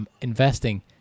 investing